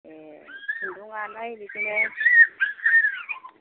ए खुन्दुंआलाय बिदिनो